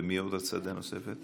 מי עוד רצה דעה נוספת?